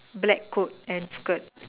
black coat and skirt